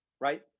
right